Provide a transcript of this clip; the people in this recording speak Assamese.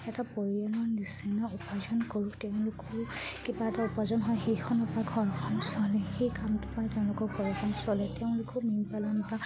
এটা পৰিয়ালৰ নিচিনা উপাৰ্জন কৰোঁ তেওঁলোকো কিবা এটা উপাৰ্জন হয় সেইখন পৰা ঘৰখন চলে সেই কামটো পাই তেওঁলোকৰ ঘৰখন চলে তেওঁলোকেও মীন পালন বা